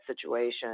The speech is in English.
situation